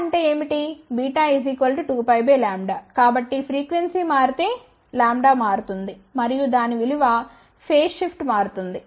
β 2πλ కాబట్టి ఫ్రీక్వెన్సీ మారితే λ మారుతుంది మరియు దాని వలన ఫేజ్ షిఫ్ట్ మారుతుంది